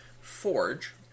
Forge